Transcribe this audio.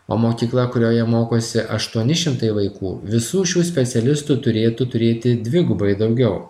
o mokykla kurioje mokosi aštuoni šimtai vaikų visų šių specialistų turėtų turėti dvigubai daugiau